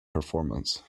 performance